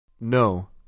No